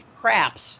craps